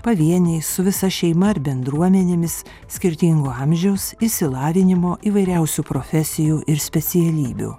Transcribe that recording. pavieniai su visa šeima ar bendruomenėmis skirtingo amžiaus išsilavinimo įvairiausių profesijų ir specialybių